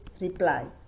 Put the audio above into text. reply